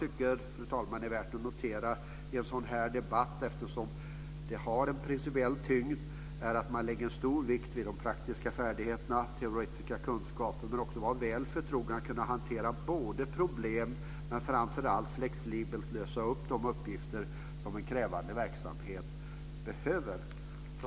Det som jag tycker är värt att notera i en sådan här debatt, eftersom den har en principiell tyngd, är att man lägger en stor vikt vid praktiska färdigheter, teoretiska kunskaper, men eleverna ska också var väl förtrogna med att hantera problem och framför allt med att flexibelt kunna lösa de uppgifter som ingår i en så krävande verksamhet.